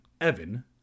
Evan